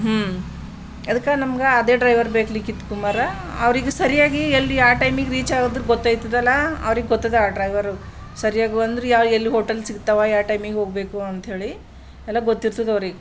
ಹ್ಞೂ ಅದಕ್ಕೆ ನಮ್ಗೆ ಅದೇ ಡ್ರೈವರ್ ಬೇಕಿತ್ತು ಕುಮಾರ ಅವ್ರಿಗೆ ಸರಿಯಾಗಿ ಎಲ್ಲಿ ಯಾವ ಟೈಮಿಗೆ ರೀಚ್ ಆಗೋದೂ ಗೊತ್ತಾಯ್ತದಲ್ಲಾ ಅವ್ರಿಗೆ ಗೊತ್ತದ ಆ ಡ್ರೈವರು ಸರಿಯಾಗಿ ಒಂದ್ರೀ ಯಾವ ಎಲ್ಲಿ ಹೋಟೆಲ್ ಸಿಗ್ತವ ಯಾವ ಟೈಮಿಗೆ ಹೋಗಬೇಕು ಅಂಥೇಳಿ ಎಲ್ಲ ಗೊತ್ತಿರ್ತದ ಅವ್ರಿಗೆ